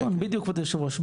בדיוק כבוד יושב הראש.